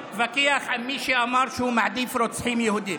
אתה אמרת שאתה מעדיף את הרוצחים שלכם על רוצחים ערבים.